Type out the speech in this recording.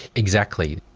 exactly.